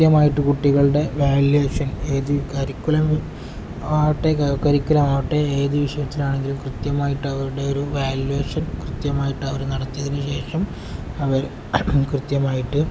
കൃത്യമായിട്ട് കുട്ടികുടെ വാല്യുവേഷൻ ഏത് കരിക്കുലം ആവട്ടെ കോകരിക്കുലം ആവട്ടെ ഏത് വിഷയത്തിലാണെങ്കിലും കൃത്യമായിട്ട് അവരുടെ ഒരു വാല്യുവേഷൻ കൃത്യമായിട്ട് അവർ നടത്തിയതിന് ശേഷം അവർ കൃത്യമായിട്ട്